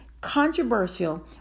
controversial